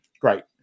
Great